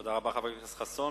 תודה רבה, חבר הכנסת חסון.